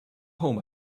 home